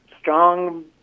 strong